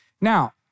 Now